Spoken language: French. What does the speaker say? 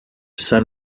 saint